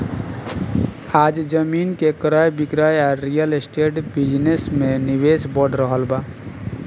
आज जमीन के क्रय विक्रय आ रियल एस्टेट बिजनेस में निवेश बढ़ रहल बा